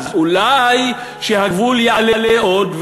אז אולי שהגבול יעלה עוד,